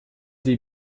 die